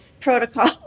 protocol